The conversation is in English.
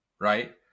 right